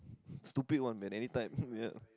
stupid one man anytime ya